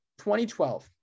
2012